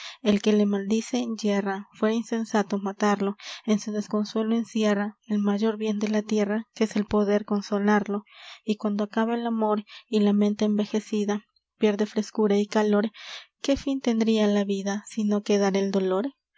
el que le maldice yerra fuera insensato matarlo en su desconsuelo encierra el mayor bien de la tierra que es el poder consolarlo y cuando acaba el amor y la mente envejecida pierde frescura y calor qué fin tendria la vida si no quedara el dolor